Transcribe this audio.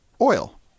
oil